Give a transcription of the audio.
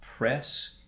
press